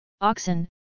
oxen